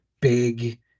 big